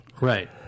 Right